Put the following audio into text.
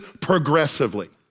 progressively